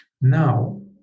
Now